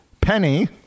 Penny